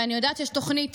ואני יודעת שיש תוכנית